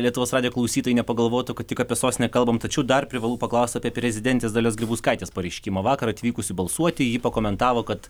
lietuvos radijo klausytojai nepagalvotų kad tik apie sostinę kalbam tačiau dar privalu paklaust apie prezidentės dalios grybauskaitės pareiškimą vakar atvykusi balsuoti ji pakomentavo kad